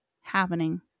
happening